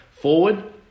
forward